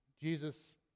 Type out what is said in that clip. Jesus